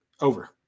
Over